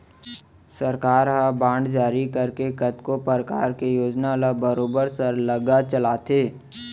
सरकार ह बांड जारी करके कतको परकार के योजना ल बरोबर सरलग चलाथे